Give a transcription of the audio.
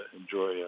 enjoy